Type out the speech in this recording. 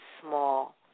small